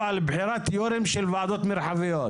על בחירת יושבי ראש של ועדות מרחביות.